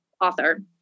author